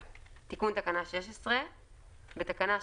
תיקון תקנה 16 בתקנה 16(ב)(1)